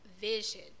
vision